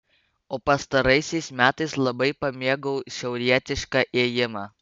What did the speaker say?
o pastaraisiais metais labai pamėgau šiaurietišką ėjimą